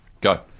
Go